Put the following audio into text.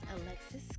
Alexis